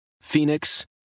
Phoenix